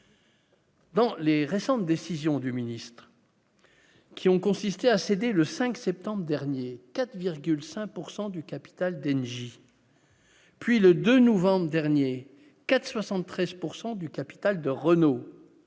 Dans les récentes décisions du ministre qui ont consisté à céder le 5 septembre dernier 4,5 pourcent du capital d'énergie, puis le 2 novembre dernier 4 73 pourcent du capital de Renault